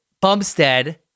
Bumstead